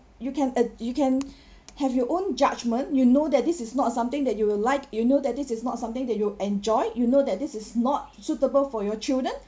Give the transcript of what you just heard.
you can uh you can have your own judgement you know that this is not something that you will like you know that this is not something that you enjoy you know that this is not suitable for your children